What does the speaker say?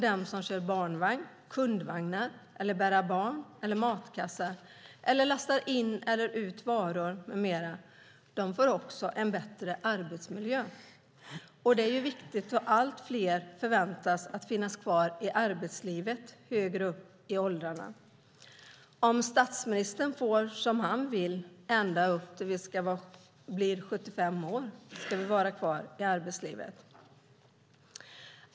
Den som kör barnvagn eller kundvagn, bär barn eller matkassar eller lastar in eller ut varor med mera får också en bättre arbetsmiljö. Och det är viktigt då allt fler förväntas finnas kvar i arbetslivet högre upp i åldrarna. Om statsministern får som han vill ska vi vara kvar i arbetslivet ända till vi blir 75 år.